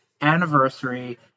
anniversary